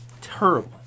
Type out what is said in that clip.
Terrible